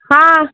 हाँ